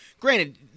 granted